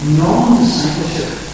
non-discipleship